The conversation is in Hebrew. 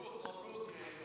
מברוק, מברוק.